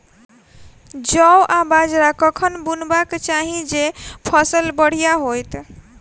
जौ आ बाजरा कखन बुनबाक चाहि जँ फसल बढ़िया होइत?